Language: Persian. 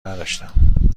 نداشتم